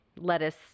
lettuce